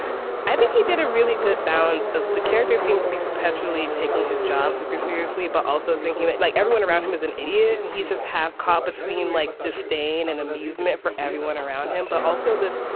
i think he did a really good balance of the character seems to be perpetually taking his jobs seriously, but also thinking like everyone around him is an idiot and he's just half caught between like disdain and amusement for everyone around him. but also this.